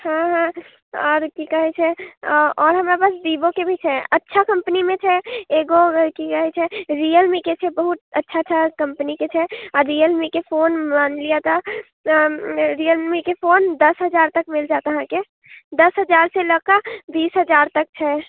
हँ हँ आओर कि कहैत छै आ आओर हमरा पास बिवोके भी छै अच्छा कम्पनीमे छै एगो कि कहैत छै रियल मीके छै बहुत अच्छा अच्छा कम्पनीके छै रियल मीके फोन मान लिअ तऽ रियल मीके फोन दश हजार तक मिल जायत अहाँकेँ दश हजार से लऽ कऽ बीस हजार तक छै